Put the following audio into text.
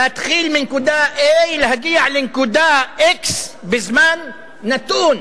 להתחיל מנקודה A, להגיע לנקודה X, בזמן נתון,